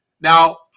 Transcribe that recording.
Now